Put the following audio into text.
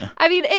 i mean,